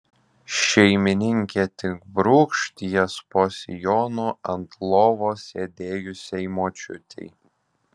šeimininkė tik brūkšt jas po sijonu ant lovos sėdėjusiai močiutei